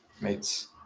mates